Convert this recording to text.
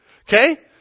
Okay